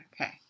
okay